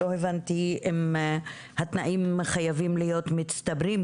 לא הבנתי אם התנאים חייבים להיות מצטברים,